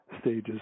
stages